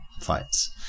fights